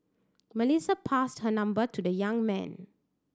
Melissa passed her number to the young man